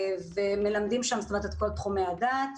מלמדים שם את כל תחומי הדת.